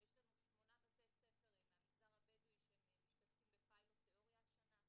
יש לנו שמונה בתי ספר מהמגזר הבדואי שמשתתפים בפיילוט תיאוריה השנה,